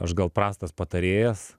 aš gal prastas patarėjas